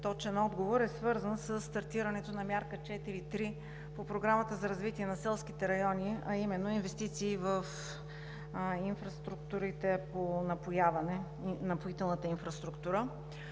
точен отговор, е свързан със стартирането на Мярка 4.3 по Програмата за развитие на селските райони, а именно – инвестиции в инфраструктурите по напояване, напоителната инфраструктура.